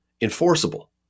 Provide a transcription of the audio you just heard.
enforceable